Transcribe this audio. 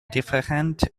différentes